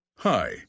Hi